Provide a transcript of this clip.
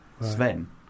Sven